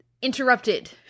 interrupted